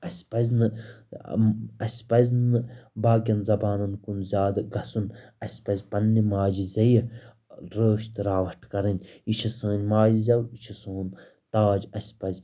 اَسہِ پَزِ نہٕ اَسہِ پَزِ نہٕ باقیَن زبانَن کُن زیادٕ گژھُن اَسہِ پَزِ پنٛنہِ ماجہِ زیٚیہِ رٲچھ تہٕ راوَٹھ کَرٕنۍ یہِ چھِ سٲنۍ ماجہِ زٮ۪و یہِ چھِ سون تاج اَسہِ پَزِ